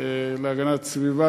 להגנת הסביבה,